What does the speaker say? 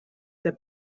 the